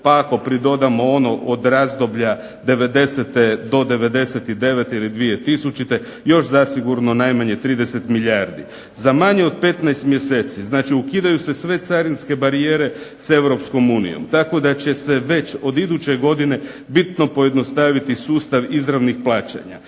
pa ako pridodamo ono od razdoblja devedesete do devedeset i devete ili 2000. još zasigurno najmanje 30 milijardi za manje od 15 mjeseci. Znači, ukidaju se sve carinske barijere s Europskom unijom, tako da će se već od iduće godine bitno pojednostaviti sustav izravnih plaćanja.